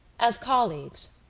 as colleagues,